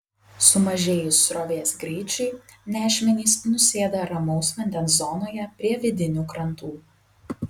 sumažėjus srovės greičiui nešmenys nusėda ramaus vandens zonoje prie vidinių krantų